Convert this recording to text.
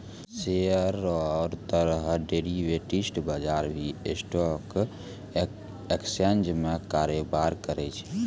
share रो तरह derivatives बजार भी स्टॉक एक्सचेंज में कारोबार करै छै